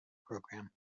program